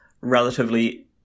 relatively